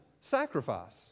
sacrifice